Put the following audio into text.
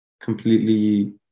completely